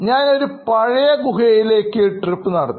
ഞാൻ ഒരു പഴയ ഗുഹയിലേക്ക് ട്രിപ്പ് നടത്തി